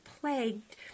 plagued